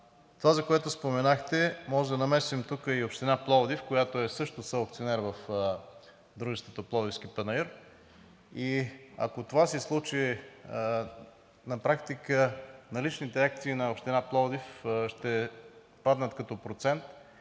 това, за което споменахте, можем да намесим тук и Община Пловдив, която също е съакционер в дружеството Пловдивски панаир. Ако това се случи, на практика наличните акции на Община Пловдив ще паднат като процент